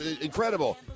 incredible